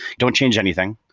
don't change anything.